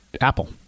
Apple